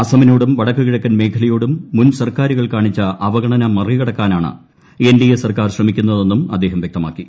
അസമിനോടും വടക്ക് കിഴക്കൻ മേഖലയോടും മുൻ സർക്കാരുകൾ കാണിച്ച അവഗണന മറികടക്കാനാണ് എൻ ഡി എ സർക്കാർ ശ്രമിക്കുന്നതെന്നും അദ്ദേഹം വ്യക്തമാക്കി